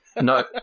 no